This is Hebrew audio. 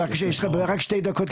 יש לך רק שתי דקות,